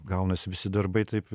gaunasi visi darbai taip